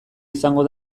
izango